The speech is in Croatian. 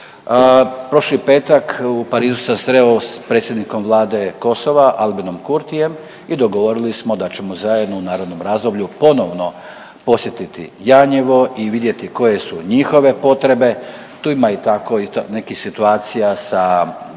Prošli petak u Parizu sam se sreo s predsjednikom vlade Kosova Albinom Kurtijem i dogovorili smo da ćemo zajedno u narednom razdoblju ponovno posjetiti Janjevo i vidjeti koje su njihove potrebe, tu ima i tako i nekih situacija sa,